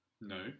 No